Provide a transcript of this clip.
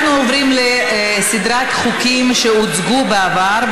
אנחנו עוברים לסדרת חוקים שהוצגו בעבר,